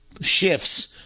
shifts